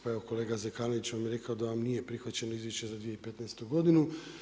Pa evo kolega Zekanović vam je rekao da vam nije prihvaćeno izvješće za 2015. godinu.